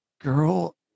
girl